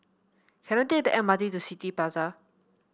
can I take the M R T to City Plaza